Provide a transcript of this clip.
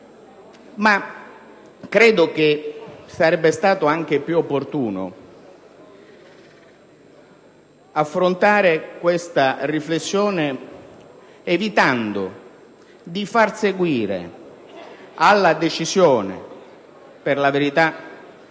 Ma credo sarebbe stato anche più opportuno affrontare questa riflessione evitando di far seguito ad una decisione dell'autorità